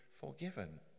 forgiven